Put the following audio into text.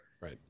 Right